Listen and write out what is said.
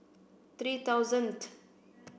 three thousandth